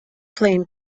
plane